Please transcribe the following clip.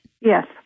Yes